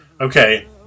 Okay